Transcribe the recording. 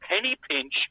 penny-pinch